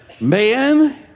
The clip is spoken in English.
man